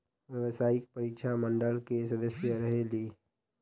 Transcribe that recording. व्यावसायिक परीक्षा मंडल के सदस्य रहे ली?